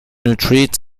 nitrite